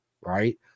right